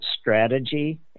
strategy